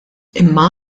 imma